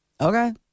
Okay